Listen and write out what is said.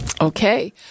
Okay